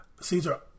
Caesar